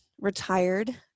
retired